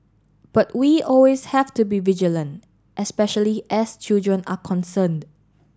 but we always have to be vigilant especially as children are concerned